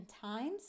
times